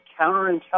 counterintelligence